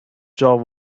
job